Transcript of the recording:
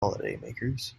holidaymakers